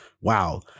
Wow